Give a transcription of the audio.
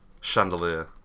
chandelier